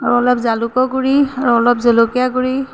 আৰু অলপ জালুকৰ গুড়ি আৰু অলপ জলকীয়া গুড়ি